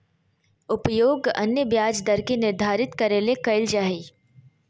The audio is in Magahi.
उपयोग अन्य ब्याज दर के निर्धारित करे ले कइल जा हइ